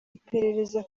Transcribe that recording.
iperereza